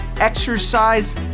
exercise